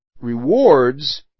rewards